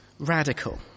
radical